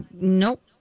Nope